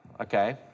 okay